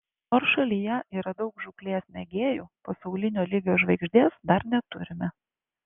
nors šalyje yra daug žūklės mėgėjų pasaulinio lygio žvaigždės dar neturime